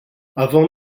avant